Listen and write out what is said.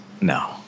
No